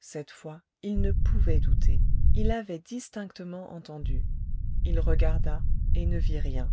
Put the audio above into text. cette fois il ne pouvait douter il avait distinctement entendu il regarda et ne vit rien